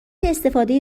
استفاده